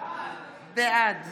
בעד